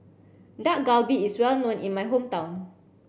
Dak Galbi is well known in my hometown